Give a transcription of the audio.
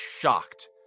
shocked